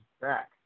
back